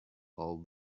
all